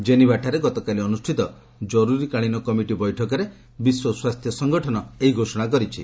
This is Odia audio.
ଜେନିଭାଠାରେ ଗତକାଲି ଅନୁଷ୍ଠିତ କରୁରୀକାଳୀନ କମିଟି ବୈଠକରେ ବିଶ୍ୱ ସ୍ୱାସ୍ଥ୍ୟସଂଗଠନ ଏହି ଘୋଷଣା କରିଛି